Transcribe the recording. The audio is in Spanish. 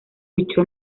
luchó